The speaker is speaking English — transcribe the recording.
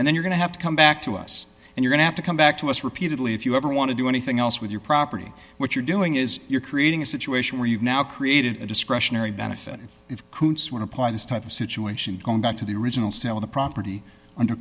and then we're going to have to come back to us and you don't have to come back to us repeatedly if you ever want to do anything else with your property what you're doing is you're creating a situation where you've now created a discretionary benefit if kreutz want to apply this type of situation going back to the original sell the property under